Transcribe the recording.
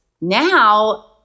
now